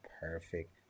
Perfect